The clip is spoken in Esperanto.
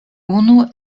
unu